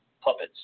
puppets